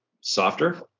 softer